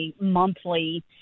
monthly